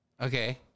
Okay